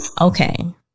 Okay